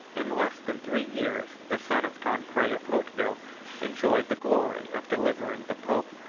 in less than three years, the son of tancred of hauteville enjoyed the glory of delivering the pope,